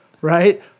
right